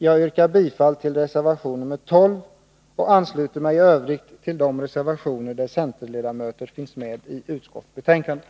Jag yrkar bifall till reservation nr 12 och ansluter mig i övrigt till de reservationer till utskottsbetänkandet där centerledamöter finns med.